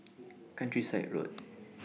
Countryside Road